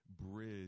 bridge